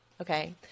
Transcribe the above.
Okay